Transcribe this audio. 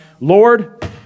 Lord